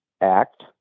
Act